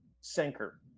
sinker